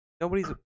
Nobody's